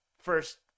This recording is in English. first